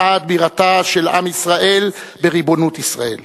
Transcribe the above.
עד בירתו של עם ישראל בריבונות ישראל.